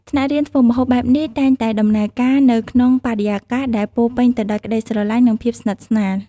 ថ្នាក់រៀនធ្វើម្ហូបបែបនេះតែងតែដំណើរការនៅក្នុងបរិយាកាសដែលពោរពេញទៅដោយក្តីស្រឡាញ់និងភាពស្និទ្ធស្នាល។